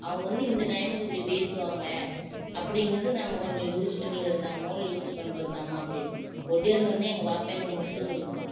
அவங்க வந்து இந்த டைமுக்கு இப்படி பேசுவாங்க அப்படிங்கிறது நம்ம கொஞ்சம் யூஸ் பண்ணிக்கிறதாமோ யூஸ் பண்ணுறதாம்மா அப்படின்னு ஒடியாந்து உட்னே எங்கள் பாப்பா எனக்கு முத்தம் கொடுக்குங்க